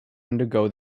undergo